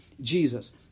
Jesus